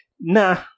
nah